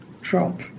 Trump